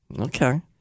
Okay